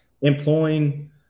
employing